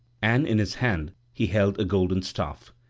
and in his hand he held a golden staff,